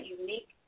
unique